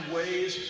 ways